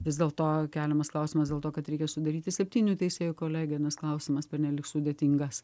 vis dėlto keliamas klausimas dėl to kad reikia sudaryti septynių teisėjų kolegiją nes klausimas pernelyg sudėtingas